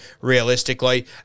realistically